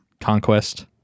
Conquest